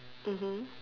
mmhmm